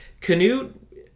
Canute